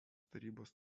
tarybos